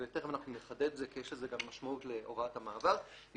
ותכף אנחנו נחדד כי יש לזה גם משמעות להוראת המעבר היא